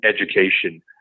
education